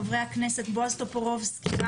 חברי הכנסת: בועז טופורובסקי,